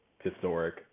historic